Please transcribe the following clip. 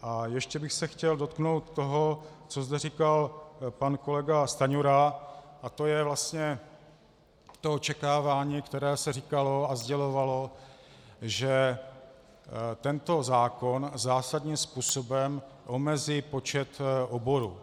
A ještě bych se chtěl dotknout toho, co zde říkal pan kolega Stanjura, a to je vlastně očekávání, které se říkalo a sdělovalo, že tento zákon zásadním způsobem omezí počet oborů.